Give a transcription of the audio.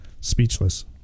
speechless